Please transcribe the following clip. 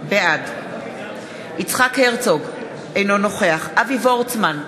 בעד יצחק הרצוג, אינו נוכח אבי וורצמן,